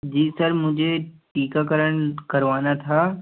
जी sir मुझे टीकाकरण करवाना था